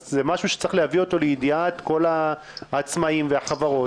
אז זה משהו שצריך להביא אותו לידיעת כל העצמאים והחברות.